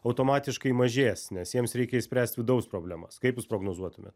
automatiškai mažės nes jiems reikia išspręsti vidaus problemas kaip jūs prognozuotumėt